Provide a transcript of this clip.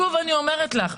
שוב אני אומרת לך,